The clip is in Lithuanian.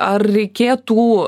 ar reikėtų